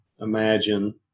imagine